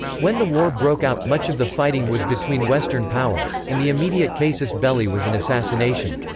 when the war broke out, much of the fighting was between western powers, and the immediate casus belli was an assassination.